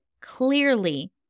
clearly